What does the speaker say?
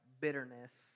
bitterness